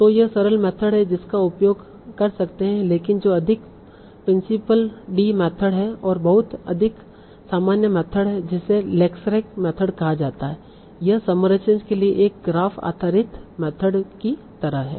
तो यह सरल मेथड है जिसका आप उपयोग कर सकते हैं लेकिन जो अधिक प्रिंसिपलd मेथड है और बहुत अधिक सामान्य मेथड है जिसे लेक्सरैंक मेथड कहा जाता है यह समराइजेशेन के लिए एक ग्राफ आधारित मेथड की तरह है